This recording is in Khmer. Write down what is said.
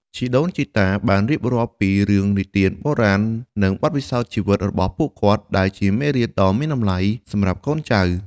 ជីដូនជីតាបានរៀបរាប់ពីរឿងនិទានបុរាណ និងបទពិសោធន៍ជីវិតរបស់ពួកគាត់ ដែលជាមេរៀនដ៏មានតម្លៃសម្រាប់កូនចៅ។